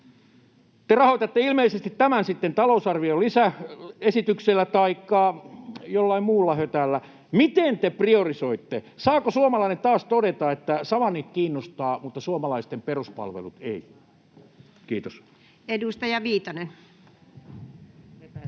Te rahoitatte tämän ilmeisesti sitten talousarvion lisäesityksellä taikka jollain muulla hötällä. Miten te priorisoitte? Saako suomalainen taas todeta, että savannit kiinnostavat, mutta suomalaisten peruspalvelut eivät? — Kiitos. Edustaja Viitanen.